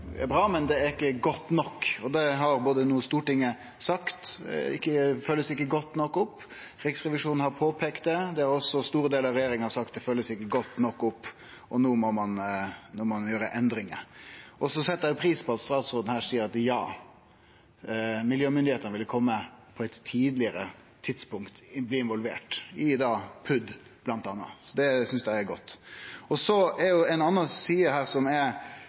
er bra, men det er ikkje godt nok. At det ikkje blir følgt godt nok opp, har både Stortinget sagt og Riksrevisjonen påpeikt, og det har også store deler av regjeringa sagt. Det blir ikkje følgt godt nok opp, og no må ein gjere endringar. Eg set pris på at statsråden seier at ja, miljømyndigheitene vil bli involverte på eit tidlegare tidspunkt, bl.a. i PUD, planar for utbygging og drift. Det synest eg er godt. Ei anna side det hadde vore interessant å høyre om – som